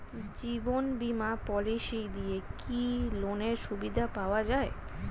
জীবন বীমা পলিসি দিয়ে কি লোনের সুবিধা পাওয়া যায়?